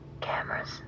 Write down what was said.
cameras